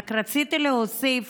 רק רציתי להוסיף